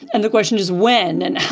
and the question is when and,